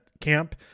camp